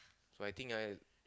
so I think I